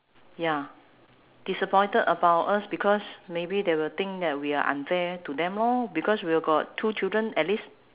ya disappointed about us because maybe they will think that we are unfair to them lor because we have got two children at least